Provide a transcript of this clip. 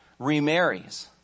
remarries